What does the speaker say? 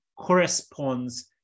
corresponds